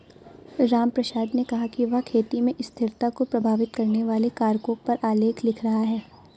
रामप्रसाद ने कहा कि वह खेती में स्थिरता को प्रभावित करने वाले कारकों पर आलेख लिख रहा है